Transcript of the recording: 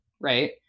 right